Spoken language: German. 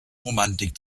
romantik